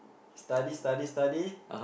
study study study